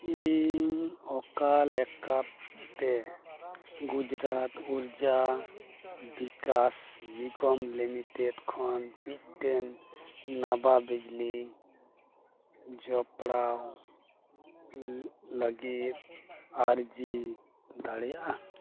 ᱤᱧ ᱚᱠᱟ ᱞᱮᱠᱟᱛᱮ ᱜᱩᱡᱽᱨᱟᱴ ᱩᱨᱡᱟ ᱵᱤᱠᱟᱥ ᱱᱤᱜᱚᱢ ᱞᱤᱢᱤᱴᱮᱰ ᱠᱷᱚᱱ ᱢᱤᱫᱴᱮᱱ ᱱᱟᱣᱟ ᱵᱤᱡᱽᱞᱤ ᱡᱚᱯᱲᱟᱣ ᱞᱟᱹᱜᱤᱫᱤᱧ ᱟᱨᱡᱤ ᱫᱟᱲᱮᱭᱟᱜᱼᱟ